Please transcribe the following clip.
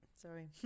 sorry